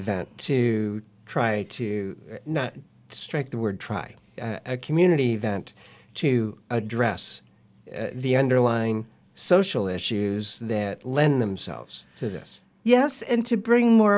event to try to strike the word try a community event to address the underlying social issues that lend themselves to this yes and to bring more